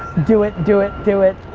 do it, do it, do it